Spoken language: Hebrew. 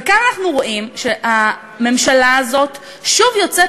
וכאן אנחנו רואים שהממשלה הזאת שוב יוצאת